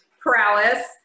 prowess